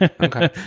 Okay